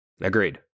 Agreed